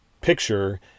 picture